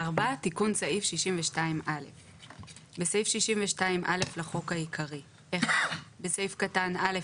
תיקון סעיף 62א 4. בסעיף 62א לחוק העיקרי - בסעיף קטן (א),